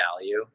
value